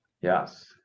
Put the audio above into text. Yes